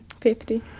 Fifty